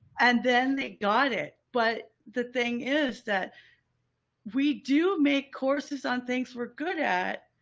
and then they got it. but the thing is that we do make courses on things we're good at,